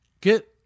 get